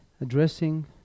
addressing